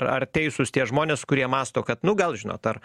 ar teisūs tie žmonės kurie mąsto kad nu gal žinot ar